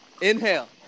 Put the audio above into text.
Inhale